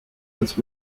als